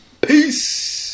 peace